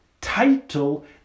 title